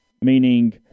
meaning